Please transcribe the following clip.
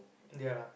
ya